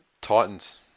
Titans